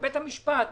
שבית המשפט פסק,